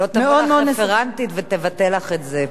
שלא תבוא לך איזה רפרנטית ותבטל לך את זה.